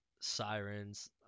Sirens